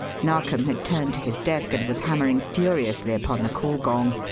narkom had turned to his desk and was hammering furiously upon the call gong.